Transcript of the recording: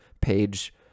page